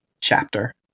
chapter